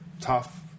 tough